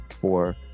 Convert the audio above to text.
four